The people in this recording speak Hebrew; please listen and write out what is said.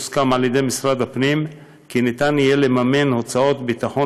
הוסכם במשרד הפנים כי יהיה אפשר לממן הוצאות ביטחון